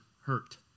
hurt